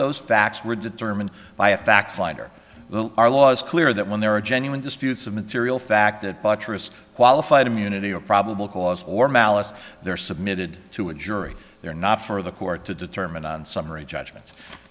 those facts were determined by a fact finder are laws clear that when there are genuine disputes of material fact that buttress qualified immunity or probable cause or malice they're submitted to a jury they're not for the court to determine on summary judgment